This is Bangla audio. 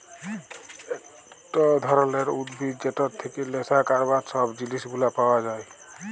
একট ধরলের উদ্ভিদ যেটর থেক্যে লেসা ক্যরবার সব জিলিস গুলা পাওয়া যায়